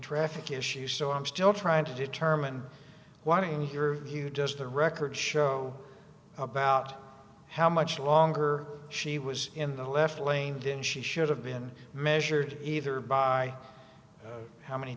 traffic issue so i'm still trying to determine why in your view just the record show about how much longer she was in the left lane didn't she should have been measured either by how many